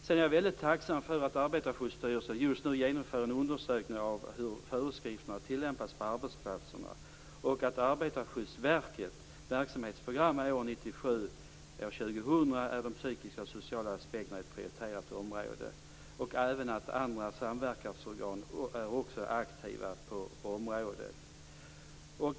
Sedan är jag väldigt tacksam för att Arbetarskyddsstyrelsen just nu genomför en undersökning av hur föreskrifterna tillämpas på arbetsplatserna. Också för Arbetarskyddsverkets verksamhetsprogram för åren 1997-2000 är de psykiska och sociala aspekterna ett prioriterat område. Även andra samverkansorgan är aktiva på området.